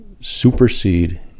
supersede